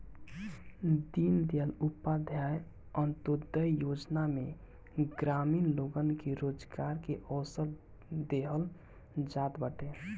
दीनदयाल उपाध्याय अन्त्योदय योजना में ग्रामीण लोगन के रोजगार के अवसर देहल जात बाटे